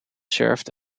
served